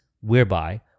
whereby